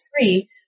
three